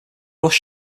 rush